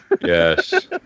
Yes